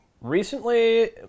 Recently